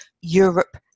Europe